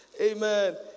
Amen